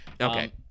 Okay